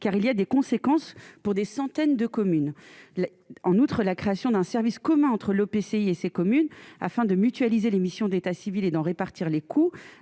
car il y a des conséquences pour des centaines de communes en outre la création d'un service commun entre l'EPCI et ses communes afin de mutualiser les missions d'état civil et d'en répartir les coûts